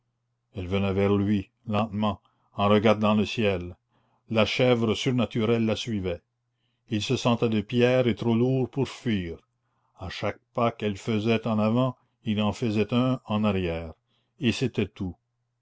elle venait vers lui lentement en regardant le ciel la chèvre surnaturelle la suivait il se sentait de pierre et trop lourd pour fuir à chaque pas qu'elle faisait en avant il en faisait un en arrière et c'était tout